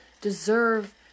deserve